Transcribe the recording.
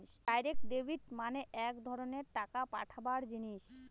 direct debit মানে এক ধরনের টাকা পাঠাবার জিনিস